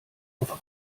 auf